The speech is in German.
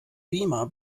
beamer